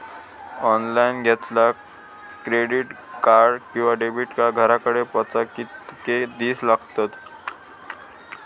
Online घेतला credit card किंवा debit card घराकडे पोचाक कितके दिस लागतत?